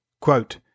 Quote